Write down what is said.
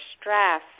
stress